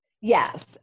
Yes